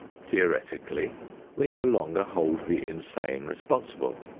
theoretically we no longer hold the insane responsible,